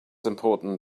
important